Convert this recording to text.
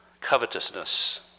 Covetousness